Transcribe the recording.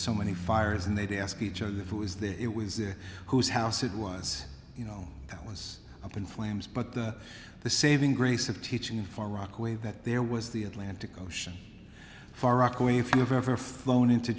so many fires and they'd ask each other who is there it was there whose house it was you know that was up in flames but the saving grace of teaching in far rockaway that there was the atlantic ocean far rockaway if you have ever flown into